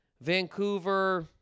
Vancouver